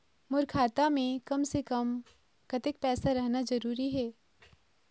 मोर खाता मे कम से से कम कतेक पैसा रहना जरूरी हे?